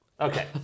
okay